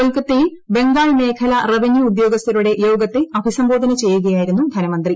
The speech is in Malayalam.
കൊൽക്കത്തയിൽ ബംഗാൾ മേഖലാ റവന്യൂ ഉദ്യോഗസ്ഥരുടെ യോഗത്തെ അഭിസംബോധന ചെയ്യുകയായിരുന്നു ധനമന്ത്രി